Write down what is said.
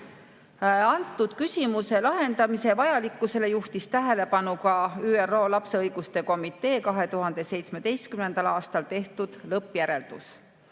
Antud küsimuse lahendamise vajalikkusele juhtis tähelepanu ka ÜRO Lapse Õiguste Komitee 2017. aastal tehtud lõppjäreldus.